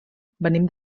venim